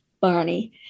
Barney